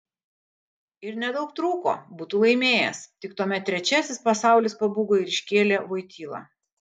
ir nedaug trūko būtų laimėjęs tik tuomet trečiasis pasaulis pabūgo ir iškėlė voitylą